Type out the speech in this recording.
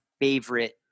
favorite